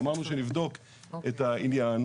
אמרנו שנבדוק את העניין.